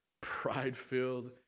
pride-filled